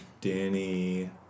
Danny